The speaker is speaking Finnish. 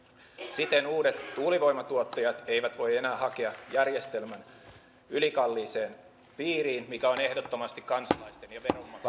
siten uudet tuulivoimantuottajat eivät voi enää hakea ylikalliin järjestelmän piiriin mikä on ehdottomasti kansalaisten ja